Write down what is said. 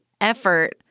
effort